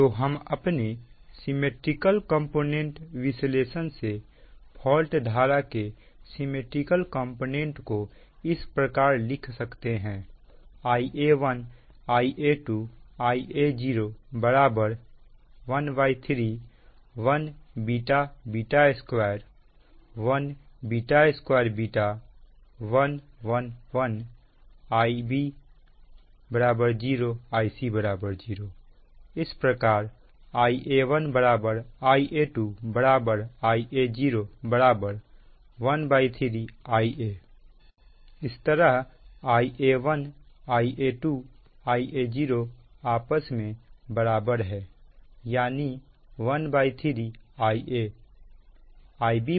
तो हम अपने सिमिट्रिकल कंपोनेंट विश्लेषण से फॉल्ट धारा के सिमिट्रिकल कंपोनेंट को इस प्रकार लिख सकते हैं Ia1 Ia2 Ia0 131 2 1 2 1 1 1 Ia Ib0 Ic0 इस प्रकार Ia1 Ia2 Ia0 13 Ia इस तरह Ia1 Ia2 Ia0 आपस में बराबर है यानी 13 Ia